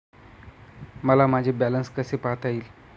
मला माझे बॅलन्स कसे पाहता येईल?